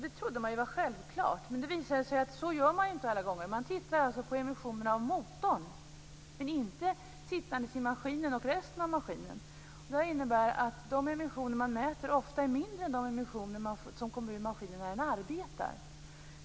Det trodde man var självklart. Men det visar sig att så gör man inte alla gånger. Man tittar alltså på emissionerna av motorn, men inte sittandes i maskinen. Det innebär att de emissioner man mäter ofta är mindre än de emissioner som kommer när maskinerna arbetar.